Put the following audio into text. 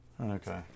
Okay